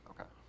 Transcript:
Okay